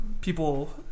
people